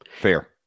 fair